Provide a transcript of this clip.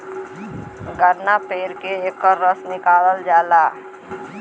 गन्ना पेर के एकर रस निकालल जाला